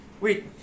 wait